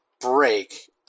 break